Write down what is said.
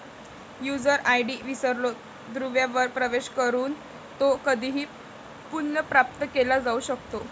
user ID विसरलो दुव्यावर प्रवेश करून तो कधीही पुनर्प्राप्त केला जाऊ शकतो